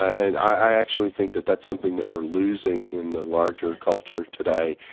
and i actually think that that's something that we're losing in the larger culture today,